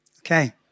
Okay